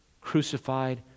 crucified